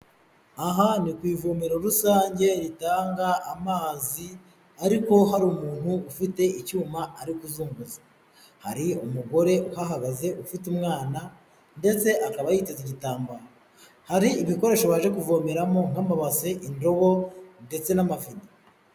Aha ni ku ivomero rusange ritanga amazi, ariko hari umuntu ufite icyuma ari kuzunguza, hari umugore uhahagaze ufite umwana ndetse akaba yiteze igitambaro, hari ibikoresho baje kuvomeramo nk'amabase, indobo ndetse n'amavido.